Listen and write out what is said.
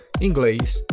English